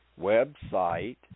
website